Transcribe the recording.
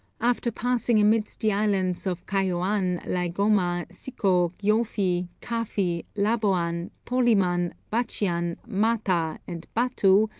after passing amidst the islands of caioan, laigoma, sico, giofi, cafi, laboan, toliman, batchian, mata, and batu,